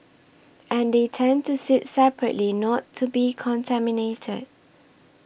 and they tend to sit separately not to be contaminated